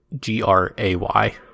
G-R-A-Y